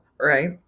right